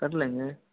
कर लेंगे